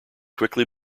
quickly